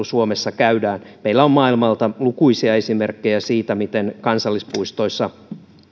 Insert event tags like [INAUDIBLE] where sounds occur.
[UNINTELLIGIBLE] suomessa käydään meillä on maailmalta lukuisia esimerkkejä siitä miten kansallispuistoissa